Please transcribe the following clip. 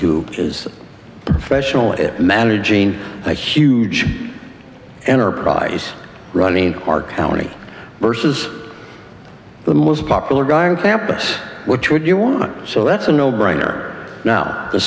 will it matter jean that huge enterprise running in our county versus the most popular guy on campus which would you want so that's a no brainer now the